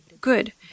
good